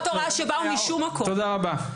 תודה רבה.